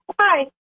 Hi